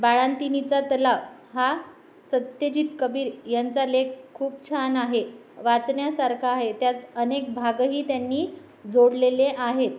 बाळंतिणीचा तलाव हा सत्यजित कबीर यांचा लेख खूप छान आहे वाचण्यासारखा आहे त्यात अनेक भागही त्यांनी जोडलेले आहेत